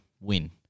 win